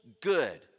good